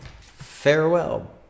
farewell